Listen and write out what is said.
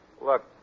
Look